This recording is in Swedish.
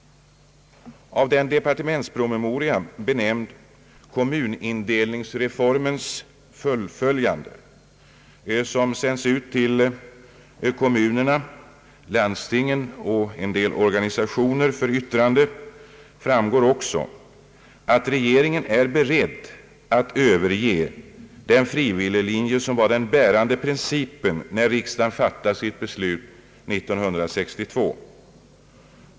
Av den departementspromemoria, benämnd »Kommunindelningsreformens fullföljande», som sänts ut till kommunerna, landstingen och en del organisationer för yttrande framgår också att regeringen är beredd att överge den frivilliglinje som var den bärande principen när riksdagen fattade sitt beslut år 1962.